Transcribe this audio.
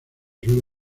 sur